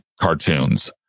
cartoons